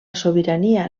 sobirania